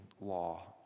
law